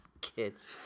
kids